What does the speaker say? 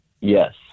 Yes